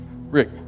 rick